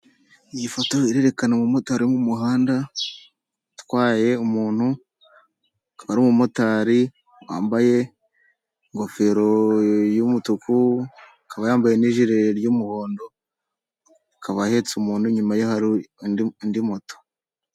Iyi foto irerekana umumotari uri mu muhanda utwaye umuntu, akaba ari umumotari wambaye ingofero y'umutuku, akaba yambaye n'ijire ry'umuhondo akaba ahetse umuntu inyuma ye hari indi moto.